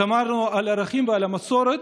שמרנו על הערכים ועל המסורת,